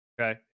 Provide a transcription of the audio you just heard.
Okay